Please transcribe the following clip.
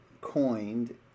coined